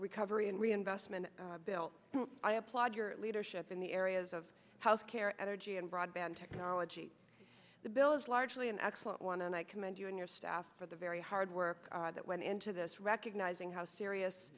recovery and reinvestment bill i applaud your leadership in the areas of health care energy and broadband technology the bill is largely an excellent one and i commend you and your staff for the very hard work that went into this recognizing how serious